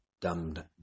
dumbed